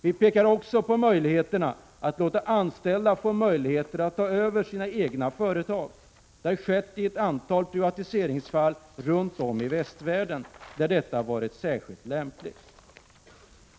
Vi pekar också på möjligheterna att låta anställda få ta över sina egna företag. Det har skett i ett antal privatiseringsfall runt om i västvärlden där detta varit särskilt lämpligt.